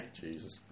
Jesus